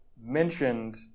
mentioned